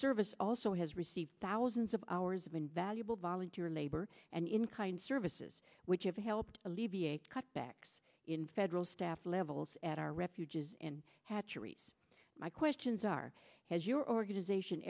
service also has received thousands of hours of invaluable volunteer labor and in kind services which have helped alleviate cutbacks in federal staff levels at our refuges hatcheries my questions are has your organization